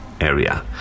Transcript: area